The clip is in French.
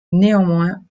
néanmoins